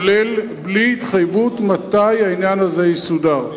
ובלי התחייבות מתי העניין הזה יסודר.